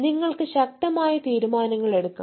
നിങ്ങൾക്ക് ശക്തമായ തീരുമാനങ്ങൾ എടുക്കാം